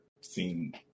seen